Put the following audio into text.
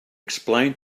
explain